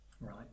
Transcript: Right